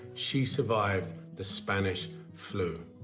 she survived the spanish flu.